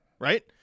Right